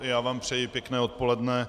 Já vám přeji pěkné odpoledne.